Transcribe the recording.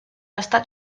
estat